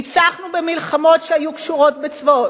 ניצחנו במלחמות שהיו קשורות בצבאות,